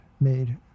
made